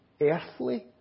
earthly